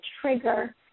trigger